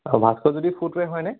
অঁ ভাস্কৰজ্যোতি ফুটওৱেৰ হয়নে